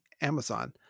Amazon